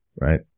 Right